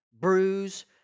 bruise